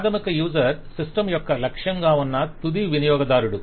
ప్రాధమిక user system యొక్క లక్ష్యంగా ఉన్న తుది వినియోగదారుడు